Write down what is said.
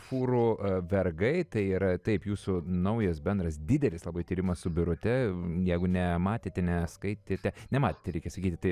fūrų vergai tai yra taip jūsų naujas bendras didelis labai tyrimas su birute jeigu ne matėte ne skaitėte nematėte reikia sakyti tai